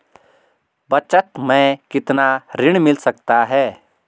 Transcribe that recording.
बचत मैं कितना ऋण मिल सकता है?